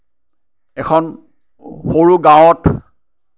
এখন সৰু গাঁৱত